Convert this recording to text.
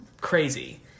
crazy